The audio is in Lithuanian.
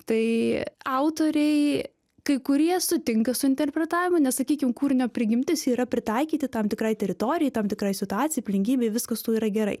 tai autoriai kai kurie sutinka su interpretavimu nesakykim kūrinio prigimtis yra pritaikyti tam tikrai teritorijai tam tikrai situacijai aplinkybei viskas su tuo yra gerai